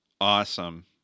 Awesome